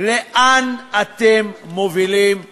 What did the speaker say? לאן אתם מובילים אותנו?